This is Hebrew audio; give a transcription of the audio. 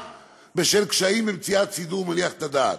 בשל קשיים במציאת 'סידור' מניח את הדעת".